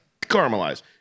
caramelize